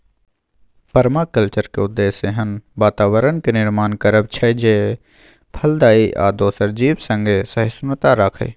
परमाकल्चरक उद्देश्य एहन बाताबरणक निर्माण करब छै जे फलदायी आ दोसर जीब संगे सहिष्णुता राखय